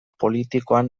politikoak